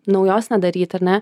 naujos nedaryt ar ne